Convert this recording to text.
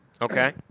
Okay